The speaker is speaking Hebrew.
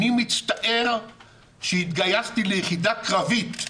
אני מצטער שהתגייסתי ליחידה קרבית,